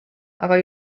aga